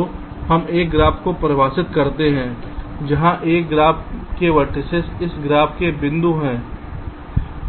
तो हम एक ग्राफ को परिभाषित करते हैं जहां एक ग्राफ के वेर्तिसेस इस ग्राफ के बिंदु हैं